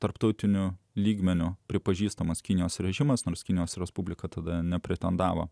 tarptautiniu lygmeniu pripažįstamas kinijos režimas nors kinijos respublika tada nepretendavo